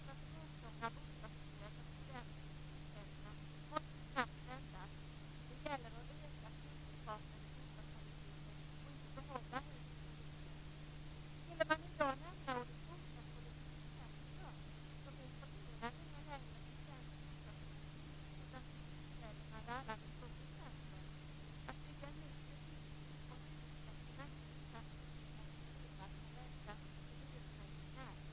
Det gäller att öka snigelfarten i bostadspolitiken och inte "behålla huset på ryggen". Skulle man i dag nämna begreppet Bostadspolitik i centrum, refererar ingen längre till svensk bostadspolitik utan till storstäderna där alla vill bo i centrum. Att bygga nytt är dyrt, och hyresgästerna vill inte att husen ska renoveras på grund av deras rädsla för hyreshöjningar.